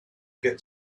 get